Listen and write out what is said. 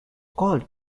called